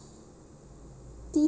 peo~